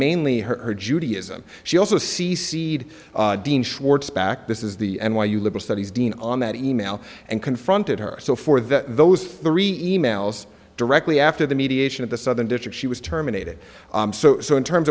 mainly her judaism she also see seed dean schwartz back this is the n y u liberal studies dean on that email and confronted her so for the those three e mails directly after the mediation of the southern district she was terminated so in terms